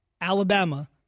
Alabama